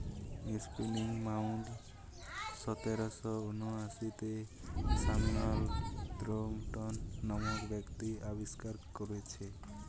spinning mule সতেরশ ঊনআশিতে Samuel Crompton নামক ব্যক্তি আবিষ্কার কোরেছে